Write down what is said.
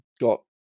got